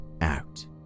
out